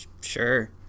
Sure